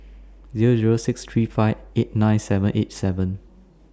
Zero Zero six three five eight nine seven eight seven